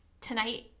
tonight